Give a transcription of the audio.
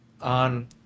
on